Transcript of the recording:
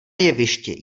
jevišti